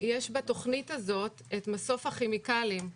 יש בתכנית הזאת מסוף כימיקלים.